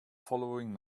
following